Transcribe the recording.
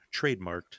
trademarked